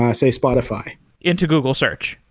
um say spotify into google search?